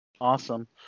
awesome